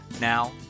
Now